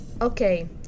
Okay